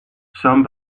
some